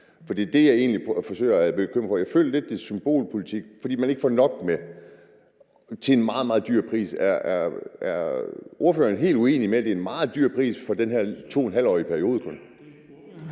Det, jeg egentlig forsøger at sige, er, at jeg lidt føler, det er symbolpolitik, fordi man ikke får nok med til en meget, meget høj pris. Er ordføreren helt uenig i, at det er en meget høj pris at betale for den her periode på